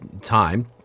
time